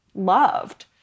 loved